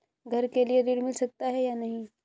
घर के लिए ऋण मिल सकता है या नहीं?